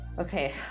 Okay